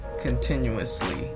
continuously